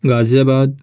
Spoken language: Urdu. غازی آباد